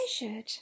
measured